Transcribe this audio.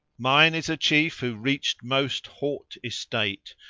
mine is a chief who reached most haught estate,